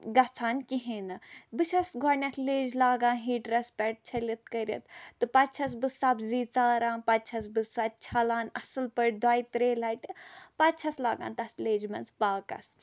گژھان کِہینۍ نہٕ بہٕ چھَس گۄڈٕنیتھ لیج لگان ہیٖٹرس پٮ۪ٹھ چھلِتھ کٔرِتھ تہٕ پَتہٕ چھَس بہٕ سَبزی ژَران پَتہٕ چھَس بہٕ سۄ تہِ چھلان اَصٕل پٲٹھۍ دۄیہِ ترٛیہِ لَٹہِ پَتہٕ چھَس لاگان تَتھ لیجہِ منٛز پاکَس